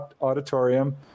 auditorium